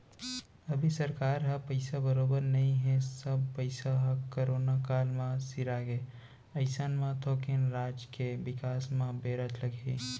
अभी सरकार ह पइसा बरोबर नइ हे सब पइसा ह करोना काल म सिरागे अइसन म थोकिन राज के बिकास म बेरा लगही